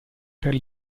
per